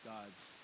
God's